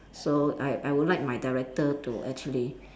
so I I would like my director to actually